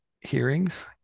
hearings